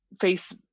Face